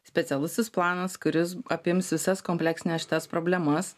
specialusis planas kuris apims visas kompleksines šitas problemas